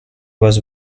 was